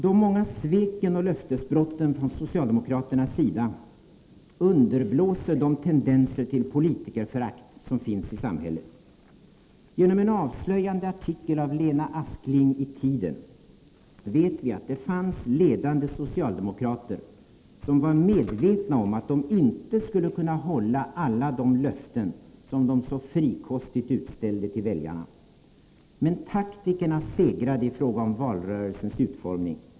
De många sveken och löftesbrotten från socialdemokraternas sida underblåser de tendenser till politikerförakt som finns i samhället. Genom en avslöjande artikel av Lena Askling i Tiden vet vi att det fanns ledande socialdemokrater som var medvetna om att de inte skulle kunna hålla alla de löften som de så frikostigt utställde till väljarna. Men taktikerna segrade i fråga om valrörelsens utformning.